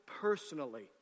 personally